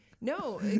No